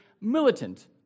militant